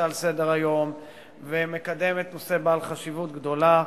על סדר-היום ומקדמת נושא בעל חשיבות גדולה.